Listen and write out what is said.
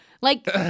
Like-